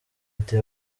ati